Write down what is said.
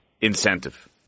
incentive